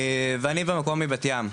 ואני במקור מבת ים.